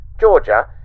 Georgia